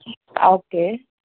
okay